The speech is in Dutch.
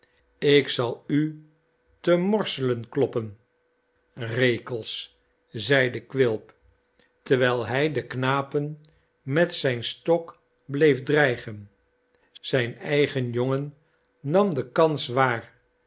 ik zal u te morselen kloppen rekels zeide quilp terwijl hij de knapen met zijn stokbleef dreigen zijn eigen jongen nam de kans waar